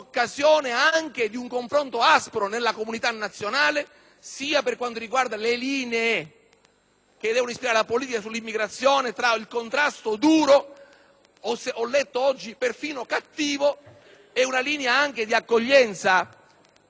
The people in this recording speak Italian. che devono ispirare la politica sull'immigrazione, tra il contrasto duro (ho letto oggi perfino "cattivo") e una linea anche di accoglienza intelligente che non determini incoraggiamento all'immigrazione clandestina. Ebbene, vi chiedo una cosa: